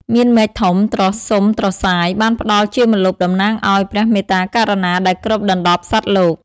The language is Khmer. មានមែកធំត្រសុំត្រសាយបានផ្តល់ជាម្លប់ តំណាងឱ្យ ព្រះមេត្តាករុណា ដែលគ្របដណ្តប់សត្វលោក។